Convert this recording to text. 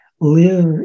live